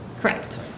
Correct